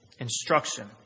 Instruction